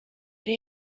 ere